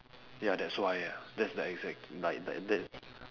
ya that's why ah that's the exact like that that